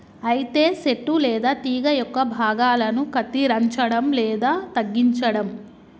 అయితే సెట్టు లేదా తీగ యొక్క భాగాలను కత్తిరంచడం లేదా తగ్గించడం